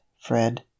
Fred